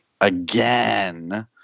again